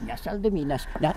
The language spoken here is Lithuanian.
ne saldumynas ne